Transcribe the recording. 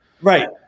Right